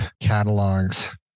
catalogs